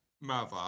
mother